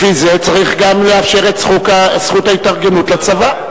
לפי זה צריך גם לאפשר את זכות ההתארגנות לצבא,